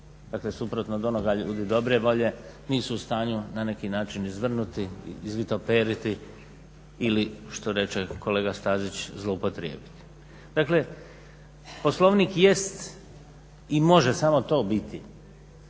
dakle suprotno od onoga ljudi dobre volje, nisu u stanju na neki način izvrnuti, izvitoperiti ili što reče kolega Stazić zloupotrijebiti. Dakle Poslovnik jest i može samo to biti